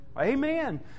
Amen